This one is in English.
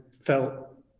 felt